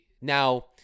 Now